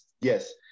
yes